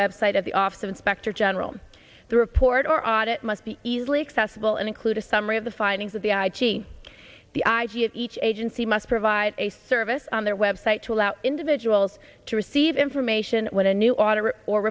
website of the office of inspector general the report or audit must be easily accessible and include a summary of the findings of the i g the i g of each agency must provide a service on their website to allow individuals to receive information when a new auditor or